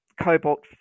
cobalt